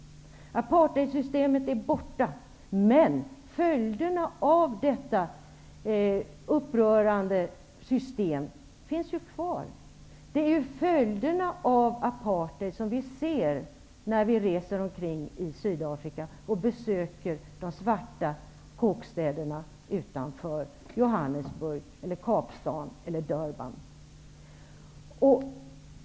Apartheidsystemet är borta. Men det som detta upprörande system åstadkommit finns kvar. Det är ju följderna av apartheid som märks när man reser runt i Sydafrika och besöker de svara kåkstäderna utanför Johannesburg, Kapstaden eller Durban.